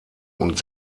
und